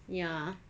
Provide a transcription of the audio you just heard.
ya